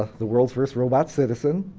the world's first robot citizen